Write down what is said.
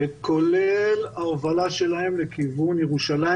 כולל ההובלה שלהם לכיוון ירושלים,